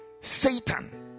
Satan